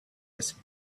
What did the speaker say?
his